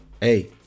hey